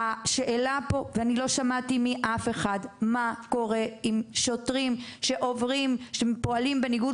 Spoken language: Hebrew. אני לא שמעתי מאף אחד מה קורה עם שוטרים שהם פועלים בניגוד